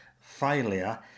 failure